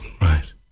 Right